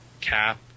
cap